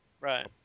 Right